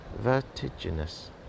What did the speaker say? Vertiginous